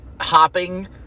hopping